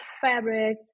fabrics